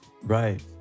right